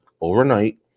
overnight